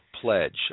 pledge